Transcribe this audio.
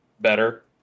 better